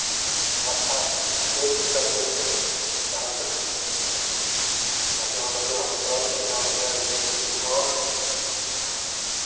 व्यवस्था कोइ दिक्कत नहि छै शहरमे बुझलियै ने बढ़िआँ बढ़िआँ होटल बढ़िआँ बढ़िआँ जे छै से दोकान हँ